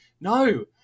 no